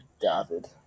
David